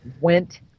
went